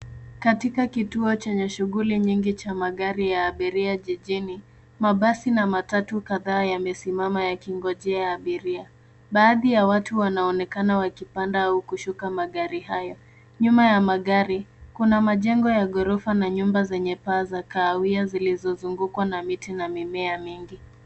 Katika kituo chenye shughuli nyingi cha magari ya abiria jijini. Mabasi na matatu kadhaa yamesimama yakingojea abiria. Baadhi ya watu wanaonekana wakipanda au kushuka magari hayo. Nyuma ya magari kuna majengo ya ghorofa na nyumba zenye paa za kahawia zilizozungukwa na miti na mimea mingi.